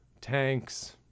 tanks